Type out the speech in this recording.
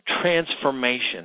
transformation